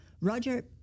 Roger